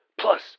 Plus